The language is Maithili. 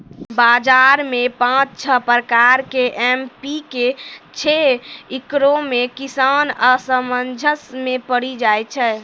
बाजार मे पाँच छह प्रकार के एम.पी.के छैय, इकरो मे किसान असमंजस मे पड़ी जाय छैय?